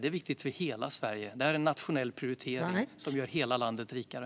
Det är viktigt för hela Sverige. Det är en nationell prioritering som gör hela landet rikare.